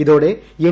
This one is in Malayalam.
ഇതോടെ എൻ